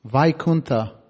Vaikuntha